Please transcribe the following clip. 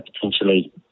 potentially